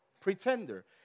pretender